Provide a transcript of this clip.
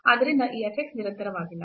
ಆದ್ದರಿಂದ ಈ f x ನಿರಂತರವಾಗಿಲ್ಲ